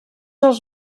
els